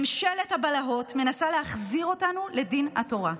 ממשלת הבלהות מנסה להחזיר אותנו לדין התורה.